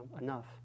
enough